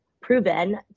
proven